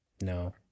No